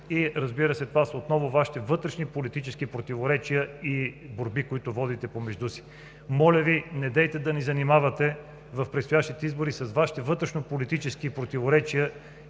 Разбира се, това са отново Вашите вътрешни политически противоречия и борби, които водите помежду си. Моля Ви, недейте да ни занимавате в предстоящите избори с Вашите вътрешнополитически противоречия